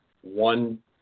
one